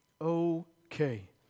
okay